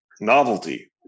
novelty